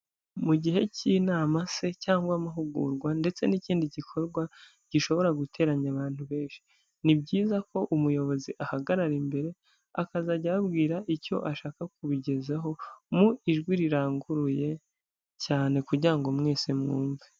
Mu gihe cy'inama se cyangwa amahugurwa ndetse n'ikindi gikorwa gishobora guteranya abantu benshi. Ni byiza ko umuyobozi ahagarara imbere, akazajya ababwira icyo ashaka kubigezaho mu ijwi riranguruye cyane kugira ngo mwese mwumve.